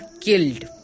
killed